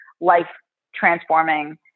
life-transforming